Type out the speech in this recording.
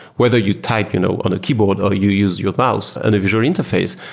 whether you type you know on a keyboard or you use your mouse and a visual interface,